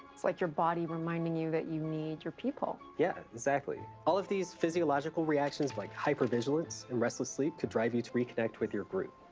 it's like your body reminding you that you need your people. yeah, exactly. all of these physiological reactions like hyper-vigilance and restless sleep could drive you to reconnect with your group.